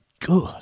good